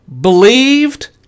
Believed